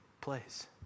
place